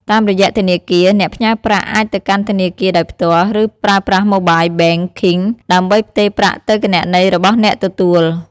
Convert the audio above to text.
តាមរយៈធនាគារ អ្នកផ្ញើប្រាក់អាចទៅកាន់ធនាគារដោយផ្ទាល់ ឬប្រើប្រាស់ Mobile Banking ដើម្បីផ្ទេរប្រាក់ទៅគណនីរបស់អ្នកទទួល។